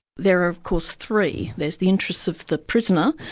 there are of course three. there's the interests of the prisoner,